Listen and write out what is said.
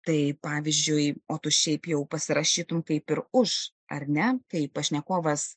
tai pavyzdžiui o tu šiaip jau pasirašytumei kaip ir už ar ne kai pašnekovas